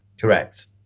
Correct